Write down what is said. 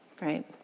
right